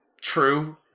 true